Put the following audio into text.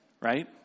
right